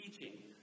teaching